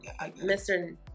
Mr